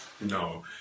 No